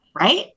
right